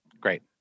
Great